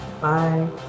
Bye